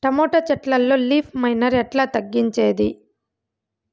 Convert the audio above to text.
Tomato చెట్లల్లో leaf miner ఎట్లా తగ్గించేది?